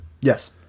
Yes